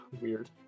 weird